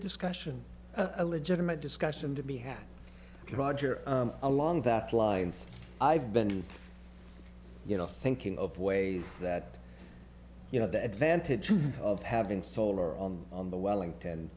discussion a legitimate discussion to be had roger along that lines i've been you know thinking of ways that you know the advantage of having solar on the wellington